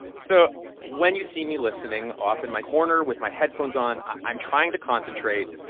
so when you see me listening off in my corner with my headphones on, i'm trying to concentrate.